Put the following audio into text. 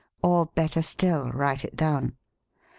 or, better still, write it down.